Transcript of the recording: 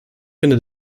finde